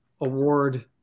Award